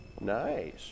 Nice